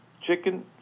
chicken